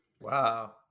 Wow